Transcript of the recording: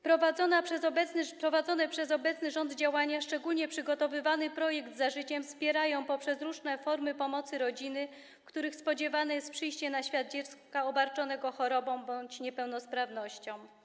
Prowadzone przez obecny rząd działania, szczególnie przygotowany projekt „Za życiem”, wspierają poprzez różne formy pomocy rodziny, w których spodziewane jest przyjście na świat dziecka obarczonego chorobą bądź niepełnosprawnością.